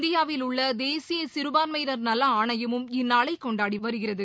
இந்தியாவில் உள்ள தேசிய சிறுபான்மையினர் நல ஆணையமும் இந்நாளை கொண்டாடி வருகிறது